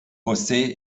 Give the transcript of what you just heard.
josé